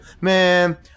man